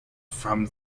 from